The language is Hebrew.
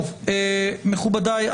מכובדיי,